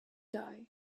die